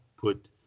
put